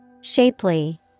Shapely